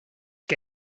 que